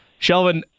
Shelvin